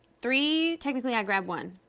three. technically, i grab one.